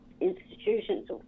institutions